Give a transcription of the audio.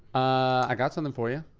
i got something for you.